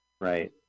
Right